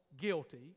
guilty